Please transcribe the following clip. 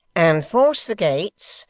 and force the gates,